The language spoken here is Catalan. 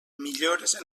millores